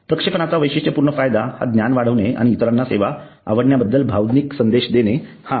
प्रक्षेपणाचा वैशिठ्यपूर्ण फायदा हा ज्ञान वाढवणे आणि इतरांना सेवा आवडण्याबद्दल भावनिक संदेश देणे हा आहे